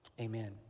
Amen